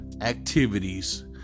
activities